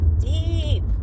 deep